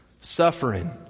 suffering